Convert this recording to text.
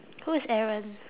who is aaron